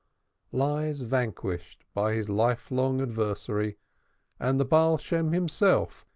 lies vanquished by his life-long adversary and the baal shem himself,